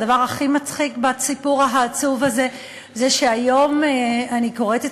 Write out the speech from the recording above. הדבר הכי מצחיק בסיפור העצוב הזה הוא שהיום אני קוראת את